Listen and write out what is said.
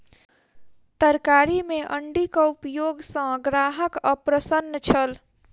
तरकारी में अण्डीक उपयोग सॅ ग्राहक अप्रसन्न छल